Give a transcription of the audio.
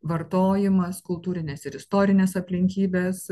vartojimas kultūrinės ir istorinės aplinkybės